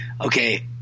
okay